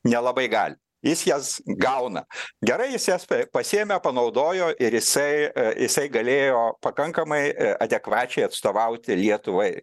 nelabai gali jis jas gauna gerai jis jas pasiėmė panaudojo ir jisai jisai galėjo pakankamai adekvačiai atstovauti lietuvai